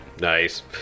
Nice